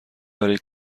برای